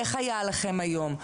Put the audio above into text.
איך היה להם היום.